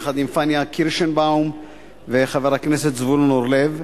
יחד עם פניה קירשנבאום וחבר הכנסת זבולון אורלב,